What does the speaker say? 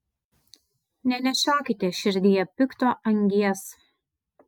nenešiokite širdyje pikto angies